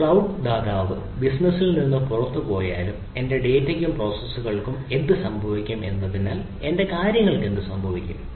cloud ദാതാവ് ബിസിനസ്സിൽ നിന്ന് പുറത്തുപോയാലും എന്റെ ഡാറ്റയ്ക്കും പ്രോസസ്സുകൾക്കും എന്ത് സംഭവിക്കും എന്നതിനാൽ എന്റെ കാര്യങ്ങൾക്ക് എന്ത് സംഭവിക്കും